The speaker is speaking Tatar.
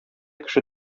кеше